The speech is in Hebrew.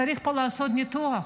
צריך לעשות פה ניתוח,